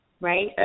right